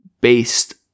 based